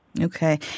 okay